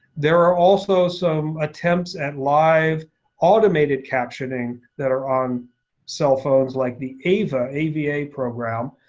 there are also some attempts at live automated captioning that are on cell phones, like the ava ava program.